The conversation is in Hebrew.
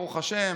ברוך השם,